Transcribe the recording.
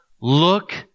Look